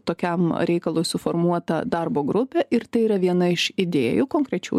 tokiam reikalui suformuota darbo grupė ir tai yra viena iš idėjų konkrečių